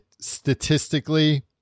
statistically